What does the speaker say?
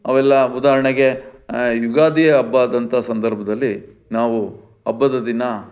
ಅವೆಲ್ಲ ಉದಾಹರಣೆಗೆ ಯುಗಾದಿ ಹಬ್ಬದಂಥ ಸಂದರ್ಭದಲ್ಲಿ ನಾವು ಹಬ್ಬದ ದಿನ